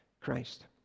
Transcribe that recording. Christ